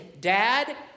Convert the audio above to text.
dad